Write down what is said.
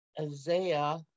Isaiah